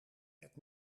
het